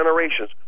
generations